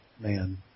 man